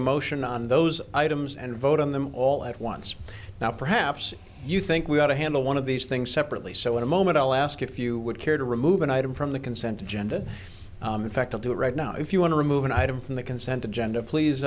a motion on those items and vote on them all at once now perhaps you think we ought to handle one of these things separately so in a moment i'll ask if you would care to remove an item from the consent agenda in fact i'll do it right now if you want to remove an item from the consent agenda please